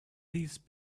these